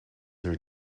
her